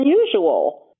unusual